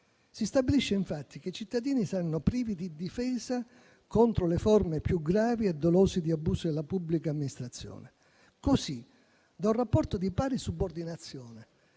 Si stabilisce, infatti, che i cittadini saranno privi di difesa contro le forme più gravi e dolose di abuso della pubblica amministrazione. Così, da un rapporto di pari subordinazione,